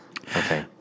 Okay